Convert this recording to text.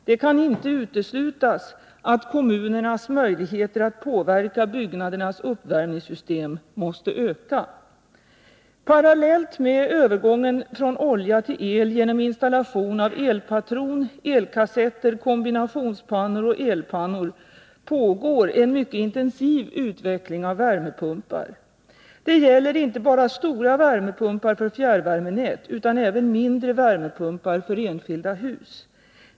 Det kan inte uteslutas att kommunernas möjligheter att påverka byggnadernas uppvärmningssystem måste öka. Parallellt med övergången från olja till el genom installation av elpatron, elkassetter, kombinationspannor och elpannor pågår en mycket intensiv utveckling av värmepumpar. Det gäller inte bara stora värmepumpar för fjärrvärmenät utan även mindre värmepumpar för enskilda hus.